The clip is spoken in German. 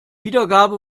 wiedergabe